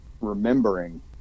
remembering